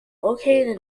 located